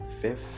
fifth